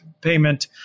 payment